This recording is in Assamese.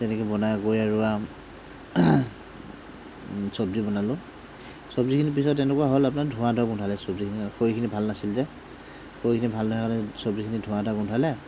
তেনেকৈ বনাই কৰি আৰু আম চব্জি বনালোঁ চব্জিখিনি পিছত তেনেকুৱা হ'ল আপোনাৰ ধোঁৱা ধোঁৱা গোন্ধালে চব্জিখিনি খৰিখিনি ভাল নাছিল যে খৰিখিনি ভাল নহ'লে চব্জিখিনি ধোঁৱা ধোঁৱা গোন্ধালে